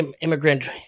immigrant